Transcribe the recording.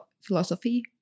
philosophy